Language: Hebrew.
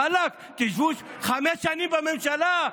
ואלכ, תשבו חמש שנים בממשלה,